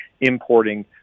importing